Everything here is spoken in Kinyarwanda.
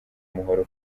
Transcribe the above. umuhoro